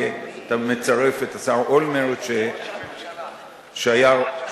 אתה מצרף את השר אולמרט כשהיה ראש הממשלה.